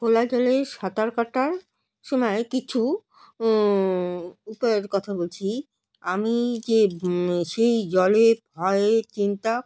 খোলা জলে সাঁতার কাটার সময় কিছু উপায়ের কথা বলছি আমি যে সেই জলে ভয়ের চিন্তা